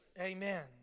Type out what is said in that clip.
Amen